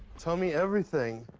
tell me everything.